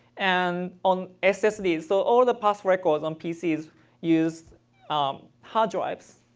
and on ssd. so all the past records on pcs used um hard drives.